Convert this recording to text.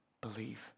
believe